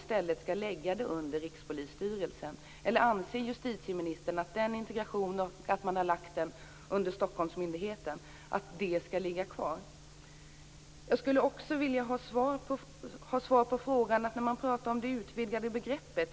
Skall styrkan läggas under Rikspolisstyrelsen, eller anser justitieministern att dess placering under Stockholmsmyndigheten skall bibehållas? Jag skulle också vilja få svar på den fråga som här har ställts om det utvidgade begreppet.